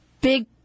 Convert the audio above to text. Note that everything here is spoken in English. big